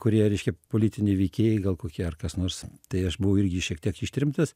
kurie reiškia politiniai veikėjai gal kokie ar kas nors tai aš buvau irgi šiek tiek ištremtas